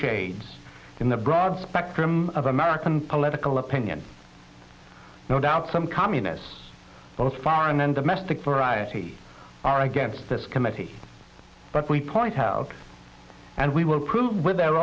shades in the broad spectrum of american political opinion no doubt some communists both foreign and domestic variety are against this committee but we point out and we will prove with their